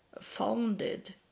founded